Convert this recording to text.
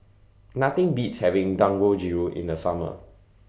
Nothing Beats having Dangojiru in The Summer